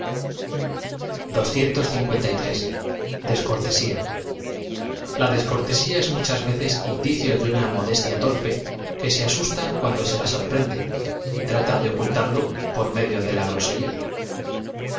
l a descortesía ee muchas veces indicio de una mo destla torpe que se asusta cuando se la sorprende y trata de ocultarlo por medio de la grosería